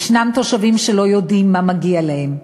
יש תושבים שלא יודעים מה מגיע להם.